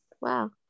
Wow